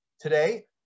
today